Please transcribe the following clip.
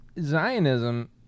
Zionism